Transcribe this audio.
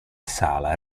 sala